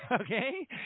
okay